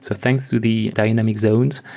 so thanks to the dynamics zones,